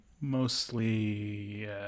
mostly